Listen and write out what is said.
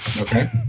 okay